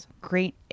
great